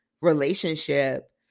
relationship